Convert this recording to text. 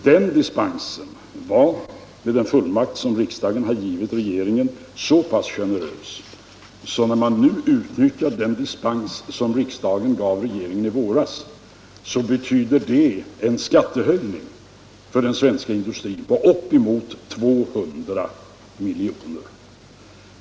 Den dispensen var — med den fullmakt som riksdagen har givit regeringen — så pass generös att när man nu utnyttjar den dispens som riksdagen gav regeringen i våras betyder det en skattehöjning för den svenska industrin på upp emot 200 milj.kr.